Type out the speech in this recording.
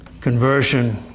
conversion